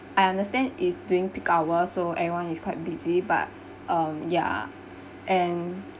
I understand it's during peak hour so everyone is quite busy but um yeah and